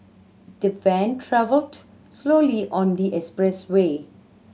the van travelled slowly on the expressway